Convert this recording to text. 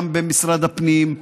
גם במשרד הפנים,